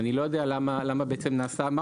אז למה זה לא נעשה,